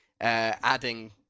adding